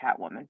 Catwoman